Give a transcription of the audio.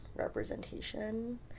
representation